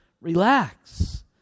relax